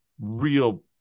real